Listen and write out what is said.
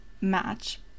match